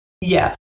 Yes